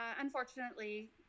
unfortunately